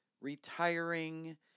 retiring